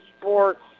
sports